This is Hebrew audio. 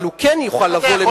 אבל הוא כן יוכל לבוא למקומות,